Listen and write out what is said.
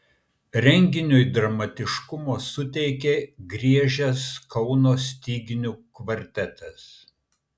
renginiui dramatiškumo suteikė griežęs kauno styginių kvartetas